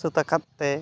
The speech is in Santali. ᱥᱟᱹᱛᱟᱠᱟᱫᱛᱮ